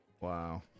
Wow